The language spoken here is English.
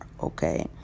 Okay